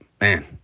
Man